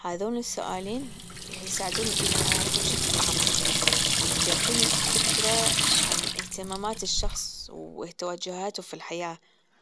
هذولا السؤالين يساعدوني إني أعرفه بشكل أعمق وبيعطوني فكرة عن إهتمامات الشخص وتوجهاته في الحياة